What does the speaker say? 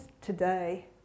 today